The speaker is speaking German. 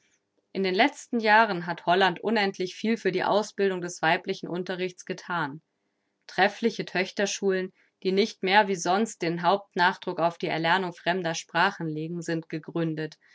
in den letzten jahren hat holland unendlich viel für die ausbildung des weiblichen unterrichts gethan treffliche töchterschulen die nicht mehr wie sonst den hauptnachdruck auf die erlernung fremder sprachen legen sind gegründet